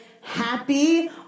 happy